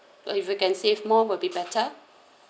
like if you can save more will be better